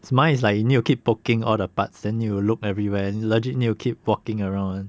it's mine is like you need to keep poking all the parts then you look everywhere legit need to keep walking around